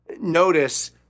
Notice